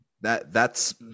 That—that's